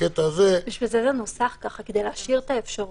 לכן זה נוסח כך, כדי להשאיר את האפשרות.